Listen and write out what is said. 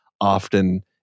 often